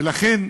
ולכן,